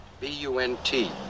B-U-N-T